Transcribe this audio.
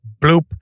Bloop